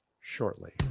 shortly